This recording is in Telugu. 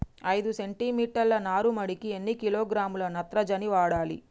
ఐదు సెంటి మీటర్ల నారుమడికి ఎన్ని కిలోగ్రాముల నత్రజని వాడాలి?